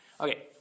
Okay